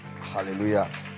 hallelujah